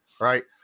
right